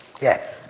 yes